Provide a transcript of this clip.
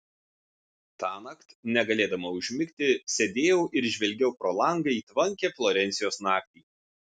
tąnakt negalėdama užmigti sėdėjau ir žvelgiau pro langą į tvankią florencijos naktį